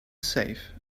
safe